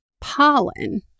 pollen